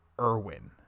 Irwin